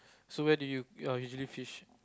so where do you you are usually fish